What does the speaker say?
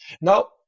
now